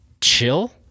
Chill